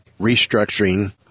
restructuring